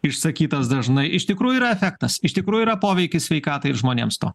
išsakytas dažnai iš tikrųjų yra efektas iš tikrųjų yra poveikis sveikatai ir žmonėms to